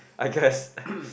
I guess